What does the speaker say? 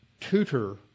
tutor